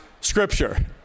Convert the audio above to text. scripture